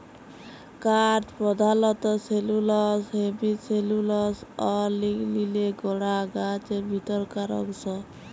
কাঠ পরধালত cellulose, hemicellulose অ লিগলিলে গড়া গাহাচের ভিতরকার অংশ